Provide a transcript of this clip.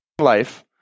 life